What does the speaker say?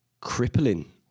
crippling